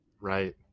Right